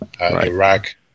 Iraq